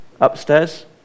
upstairs